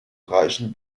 reichen